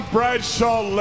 Bradshaw